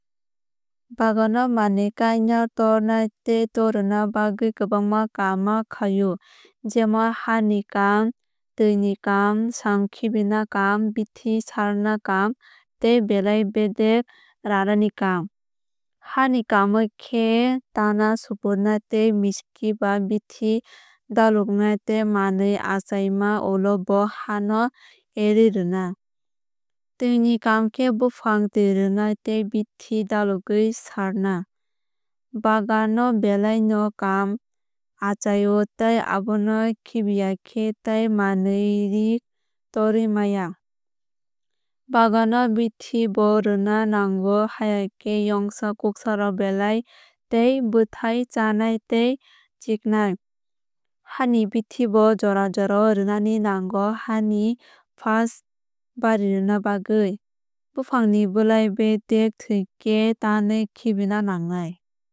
Bagan no manwui kaina torna tei thairwuna baggwui kwbangma kaam ma kahio jemon ha ni kamm tui ni kaam sam khibina kaam bithi saran kaam tei blai bedek raanaani kaam. Haa ni kaam o khe ha tana supurna tei miski ba bithi dalwkna tei manwui achaima ulo bo ha no erwui rwuna. Tui ni kaam khe bwfang tui rwuna tei bithi dalwogwui sarna. Bagan no belai no sam achai o tei abono khibiya khe tai manwui rik torwui maya. Bagan no bithi bo rwuna nango hayakhe yongsa kuksa rok belai tei bwthai chanai tei chirnai. Ha ni bithi bo jora jora o rwuna nango ha ni fas barirwuna bagwui. Bwfangni blai bedek thwuikhe tanwui khibina nangnai.